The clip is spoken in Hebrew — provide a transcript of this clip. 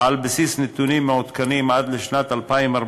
ועל בסיס נתונים מעודכנים עד לשנת 2014,